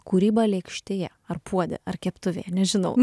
kūryba lėkštėje ar puode ar keptuvėje nežinau